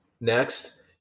next